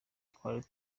twari